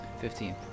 Fifteen